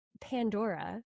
Pandora